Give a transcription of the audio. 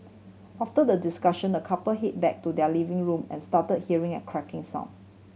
after the discussion the couple head back to their living room and start hearing a cracking sound